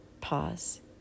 Pause